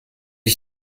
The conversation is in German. ich